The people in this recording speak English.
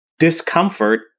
discomfort